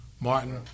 Martin